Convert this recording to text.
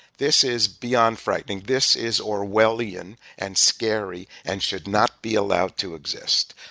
this is beyond frightening. this is orwellian and scary and should not be allowed to exist.